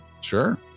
Sure